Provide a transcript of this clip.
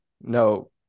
no